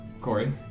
Corey